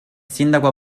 sindaco